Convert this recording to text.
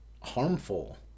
harmful